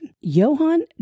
Johann